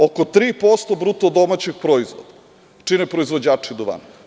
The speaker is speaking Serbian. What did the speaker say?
Oko 3% bruto domaćeg proizvoda čine proizvođači duvana.